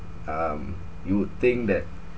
um you would think that